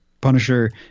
Punisher